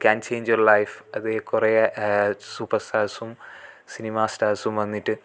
can change your life അത് കുറെ super സ്റ്റാസ്സും സിനിമാ സ്റ്റാഴ്സ്സും വന്നിട്ട്